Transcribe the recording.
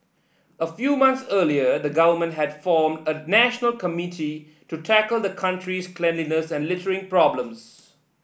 a few months earlier the government had formed a national committee to tackle the country's cleanliness and littering problem